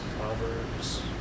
Proverbs